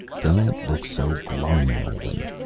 don't look so glum, nolan,